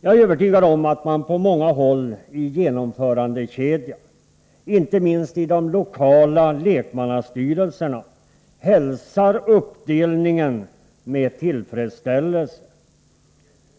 Jag är övertygad om att man på många håll i genomförandekedjan, inte minst i de lokala lekmannastyrelserna, hälsar uppdelningen med tillfredsställelse.